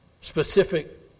Specific